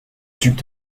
duc